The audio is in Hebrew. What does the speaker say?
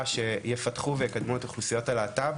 שיפתחו ויקדמו את אוכלוסיות הלהט"ב,